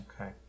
Okay